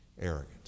arrogant